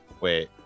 wait